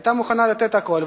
היתה מוכנה לתת הכול,